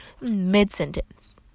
mid-sentence